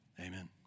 Amen